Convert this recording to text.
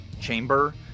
chamber